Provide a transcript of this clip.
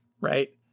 right